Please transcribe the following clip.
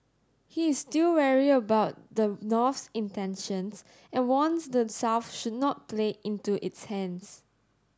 he is still wary about the North's intentions and warns the South should not play into its hands